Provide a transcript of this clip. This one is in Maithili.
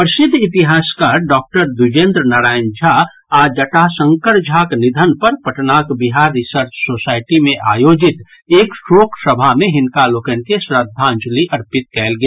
प्रसिद्ध इतिहासकार डॉक्टर द्विजेन्द्र नारायण झा आ जटा शंकर झाक निधन पर पटनाक बिहार रिसर्च सोसाइटी मे आयोजित एक शोक सभा मे हिनका लोकनि के श्रद्धांजलि अर्पित कयल गेल